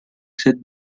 cents